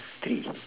three